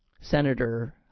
Senator